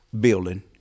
building